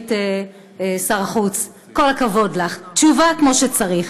סגנית שר החוץ, כל הכבוד לך, תשובה כמו שצריך.